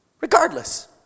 Regardless